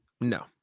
No